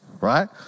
right